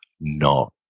No